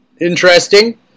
interesting